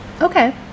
Okay